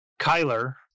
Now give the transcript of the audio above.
Kyler